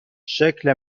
شکل